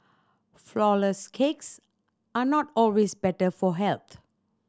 flourless cakes are not always better for health